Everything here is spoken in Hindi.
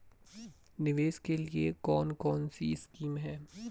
निवेश के लिए कौन कौनसी स्कीम हैं?